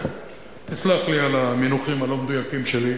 תסלח לי על המינוחים הלא-מדויקים שלי,